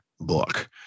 book